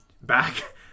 back